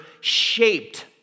shaped